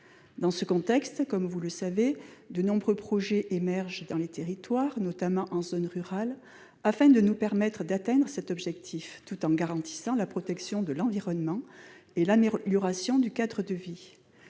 Dans ce contexte, comme vous le savez, de nombreux projets émergent dans les territoires, notamment en zone rurale, afin de nous permettre d'atteindre cet objectif tout en garantissant la protection de l'environnement et l'amélioration du cadre de vie.